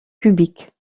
cubiques